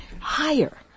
higher